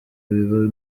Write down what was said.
biba